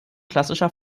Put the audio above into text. klassischer